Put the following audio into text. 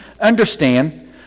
Understand